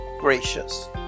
gracious